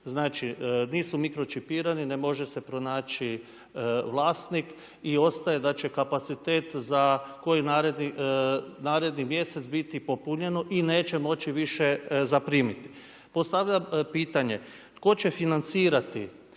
Znači, nisu mikročipirani, ne može se pronaći vlasnik i ostaje da će kapacitet za koji naredni mjesec biti popunjeno i neće moći više zaprimiti. Postavljam pitanje. Tko će financirati